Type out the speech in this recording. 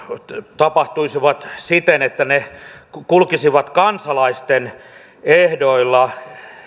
tapahtuisivat siten että ne kulkisivat kansalaisten ehdoilla